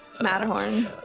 Matterhorn